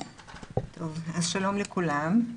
שלום לכולם.